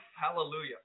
Hallelujah